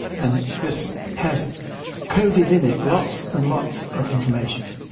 and this has coded in it lots and lots of information.